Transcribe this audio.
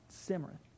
Simmering